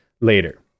later